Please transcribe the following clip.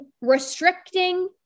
restricting